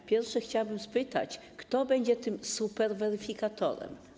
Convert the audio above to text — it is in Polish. Po pierwsze, chciałabym spytać, kto będzie tym superweryfikatorem.